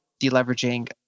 deleveraging